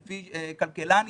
עקרון לפי כלכלן איטלקי.